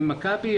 מכבי,